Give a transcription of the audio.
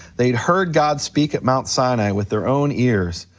they'd heard god speak at mount sinai with their own ears,